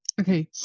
okay